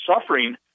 suffering